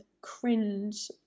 cringe